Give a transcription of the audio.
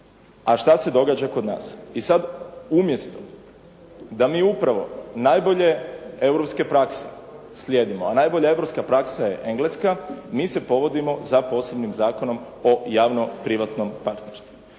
A što se događa kod nas? I sada umjesto da mi upravo najbolje europske prakse slijedimo, a najbolja europska praksa je Engleska, mi se povodimo za posebnim Zakonom o javno privatnom partnerstvu,